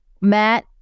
Matt